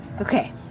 Okay